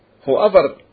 whoever